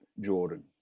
Jordan